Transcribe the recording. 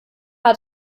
hat